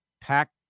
pack